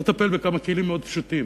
צריך לטפל בכמה כלים מאוד פשוטים,